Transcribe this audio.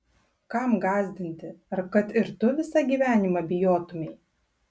kam gąsdinti ar kad ir tu visą gyvenimą bijotumei